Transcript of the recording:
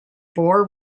bore